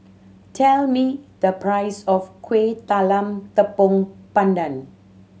tell me the price of Kuih Talam Tepong Pandan